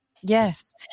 Yes